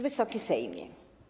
Wysoki Sejmie!